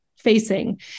facing